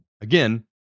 again